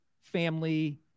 family